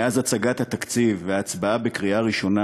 מאז הצגת התקציב וההצבעה בקריאה ראשונה